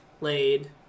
laid